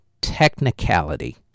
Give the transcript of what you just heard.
technicality